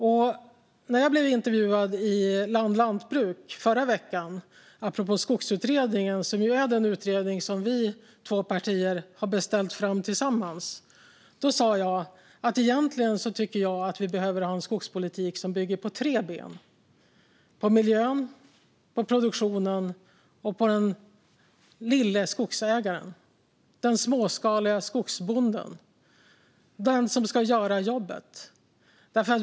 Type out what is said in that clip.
När jag förra veckan blev intervjuad i Land Lantbruk, apropå Skogsutredningen som är den utredning som Magnus Eks och mitt parti har beställt tillsammans, sa jag att jag tycker att vi egentligen behöver en skogspolitik som bygger på tre ben: på miljön, på produktionen och på den lilla skogsägaren, den småskaliga skogsbonden som är den som ska göra jobbet.